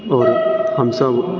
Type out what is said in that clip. आओर हमसब